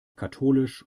katholisch